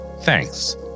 Thanks